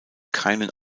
keinen